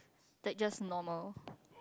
that just normal